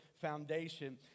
foundation